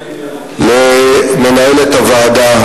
למנהלת הוועדה,